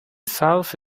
south